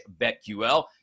BetQL